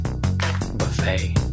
Buffet